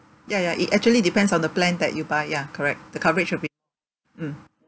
ya ya it actually depends on the plan that you buy ya correct the coverage will be mm